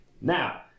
Now